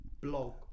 blog